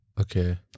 Okay